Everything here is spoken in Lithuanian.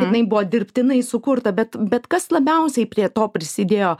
jinai buvo dirbtinai sukurta bet bet kas labiausiai prie to prisidėjo